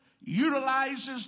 Utilizes